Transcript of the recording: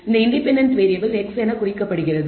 இந்த independent variable x என்று குறிக்கப்படுகிறது